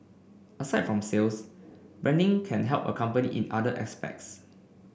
aside from sales branding can help a company in other aspects